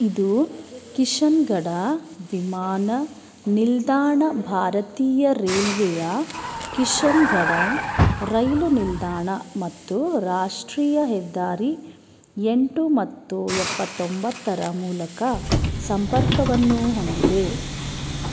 ಇದು ಕಿಶನ್ಗಢ ವಿಮಾನ ನಿಲ್ದಾಣ ಭಾರತೀಯ ರೈಲ್ವೆಯ ಕಿಶನ್ಗಢ ರೈಲು ನಿಲ್ದಾಣ ಮತ್ತು ರಾಷ್ಟ್ರೀಯ ಹೆದ್ದಾರಿ ಎಂಟು ಮತ್ತು ಎಪ್ಪತ್ತೊಂಬತ್ತರ ಮೂಲಕ ಸಂಪರ್ಕವನ್ನೂ ಹೊಂದಿದೆ